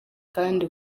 kandi